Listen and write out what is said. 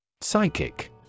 Psychic